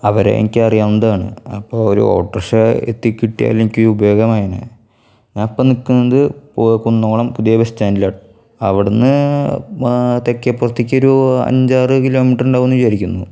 അവരെ എനിക്ക് അറിയാവുന്നതാണ് അപ്പോൾ ഒരു ഓട്ടോറിക്ഷ എത്തിക്കിട്ടിയാൽ എനിക്ക് ഉപയോഗമായേനെ ഞാൻ ഇപ്പോൾ നിൽക്കുന്നത് കുന്നംകുളം പുതിയ ബസ്സ്റ്റാൻഡിലാണ് അവിടെ നിന്ന് തെക്കേപ്പുറത്തേക്ക് ഒരു അഞ്ചാറ് കിലോമീറ്റർ ഉണ്ടാവുമെന്ന് വിചാരിക്കുന്നു